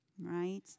right